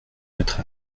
notre